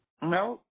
No